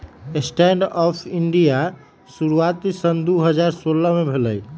stand up India के शुरुआत सन दू हज़ार सोलह में भेलइ